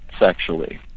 sexually